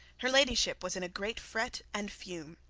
her ladyship was in a great fret and fume.